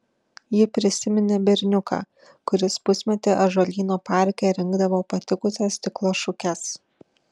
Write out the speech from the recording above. ji prisiminė berniuką kuris pusmetį ąžuolyno parke rinkdavo patikusias stiklo šukes